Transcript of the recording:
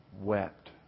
wept